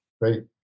Great